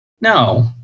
no